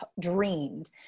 dreamed